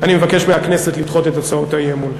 אני מבקש מהכנסת לדחות את הצעות האי-אמון.